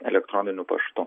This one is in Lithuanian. elektroniniu paštu